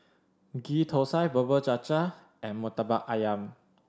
Ghee Thosai Bubur Cha Cha and Murtabak Ayam